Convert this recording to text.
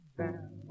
down